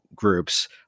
Groups